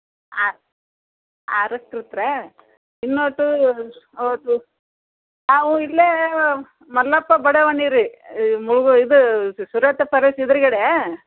ಆ ಆರಕ್ಕೆ ಇರ್ತೀರ ನಾವು ಇಲ್ಲೇ ಮಲ್ಲಪ್ಪ ಬಡಾವಣೆ ರೀ ಇದು ಎದ್ರುಗಡೆ